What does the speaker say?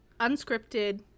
unscripted